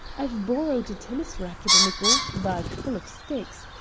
i've borrowed a tennis racket and a golf bag full of sticks,